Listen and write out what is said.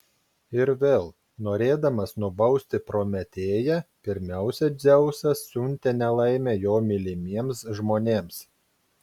ir vėl norėdamas nubausti prometėją pirmiausia dzeusas siuntė nelaimę jo mylimiems žmonėms